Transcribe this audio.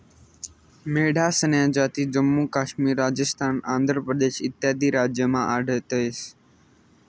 मेंढ्यासन्या जाती जम्मू काश्मीर, राजस्थान, आंध्र प्रदेश इत्यादी राज्यमा आढयतंस